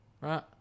right